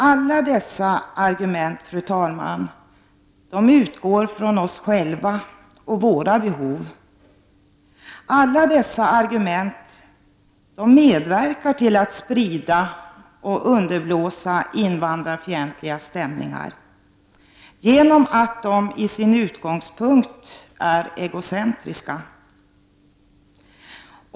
Alla dessa argument, fru talman, utgår från oss själva och våra behov. Alla dessa argument medverkar till att sprida och underblåsa invandrarfientliga stämningar på grund av att de är egocentriska i sina utgångspunkter.